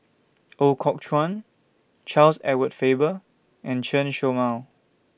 Ooi Kok Chuen Charles Edward Faber and Chen Show Mao